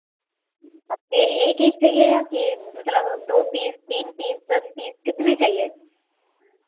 ये ये एक एक चाहिए या फिर मतलब दो पीस तीन पीस दस पीस कितने चाहिए